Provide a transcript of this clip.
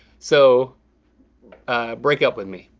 so break up with me.